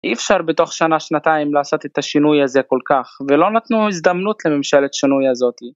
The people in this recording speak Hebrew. אי אפשר בתוך שנה-שנתיים לעשות את השינוי הזה כל כך, ולא נתנו הזדמנות לממשלת שינוי הזאתי.